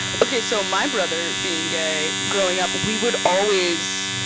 okay. so, my brother being gay growing up, we would always,